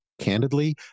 candidly